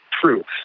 proof